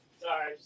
Sorry